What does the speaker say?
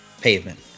pavement